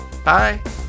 Bye